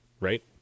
right